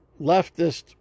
leftist